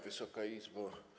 Wysoka Izbo!